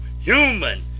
human